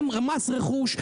הם מס רכוש,